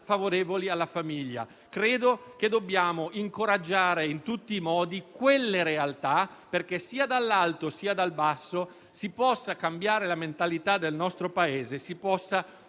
vita e alla famiglia. Credo che dobbiamo incoraggiare in tutti i modi quelle realtà perché sia dall'alto che dal basso si possa cambiare la mentalità del nostro Paese e tornare